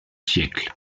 siècle